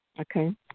Okay